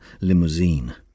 limousine